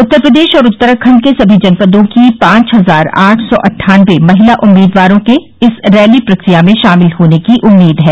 उत्तर प्रदेश और उत्तराखंड के समी जनपदों की पांच हजार आठ सौ अट्ठानवे महिला उम्मीदवारों के इस रैली प्रक्रिया में शामिल होने की उम्मीद है